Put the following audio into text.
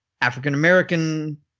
African-American